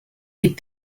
eat